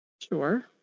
Sure